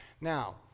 Now